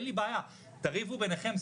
אין לי בעיה, תריבו ביניכם.